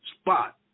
spot